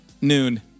Noon